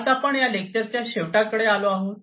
तर आपण या लेक्चर च्या शेवटाकडे आलो आहोत